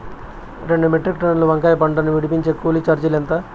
రెండు మెట్రిక్ టన్నుల వంకాయల పంట ను విడిపించేకి కూలీ చార్జీలు ఎంత?